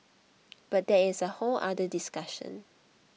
but that is a whole other discussion